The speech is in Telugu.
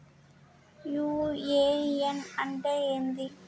యు.ఎ.ఎన్ అంటే ఏంది?